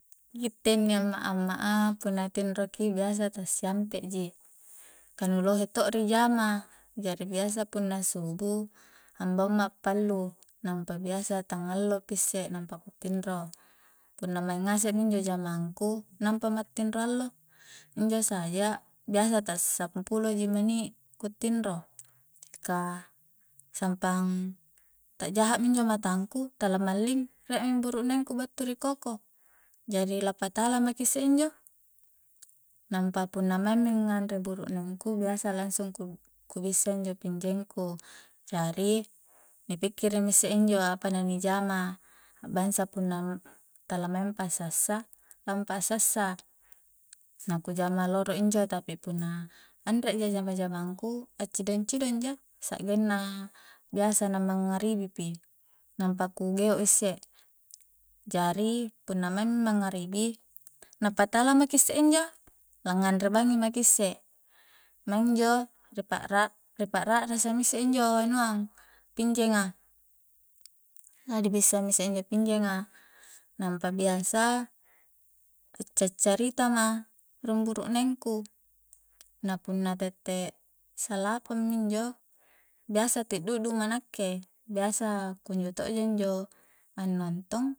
Gitte inni amma-amma a punna tinroki biasa ta siampe ji ka nu lohe to ri jama jari biasa punna subu ambaung ma pallu nampa bisa tangallo pi isse nampa ku tinro punna maing ngase mi injo jamangku nampa ma tinro allo injo saja biasa ta sampulo ji meni' ku tinro ka sampang ta'jaha minjo matangku tala malling rie mi burukneng ku battu ri koko jari la patala maki isse injo nampa punna maing mi nganre burukneng ku biasa langsung ku bissa injo pinjeng ku jari ni pikkiri mi isse injo apa na ni jama, a'bangsa punna tala maing pa sassa lampa a sassa, na ku jama loro injo mingka punna anre ja jama-jamangku a'cidong-cidong ja, sa'genna biasa na mangngaribi pi nampa ku geo isse jari punna maing mi mangngaribi na patala maki isse injo la'nganre bangngi maki isse maing injo ri pa'ra-pa'rakrasa mi isse injo anua pinjenga la di bissa mi isse injo pinjenga nampa biasa a'cari-carita ma rung burukneng ku na punna tette salapang mi injo biasa tiddu ma nakke biasa kunjo to'ja injo a nontong